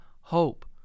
hope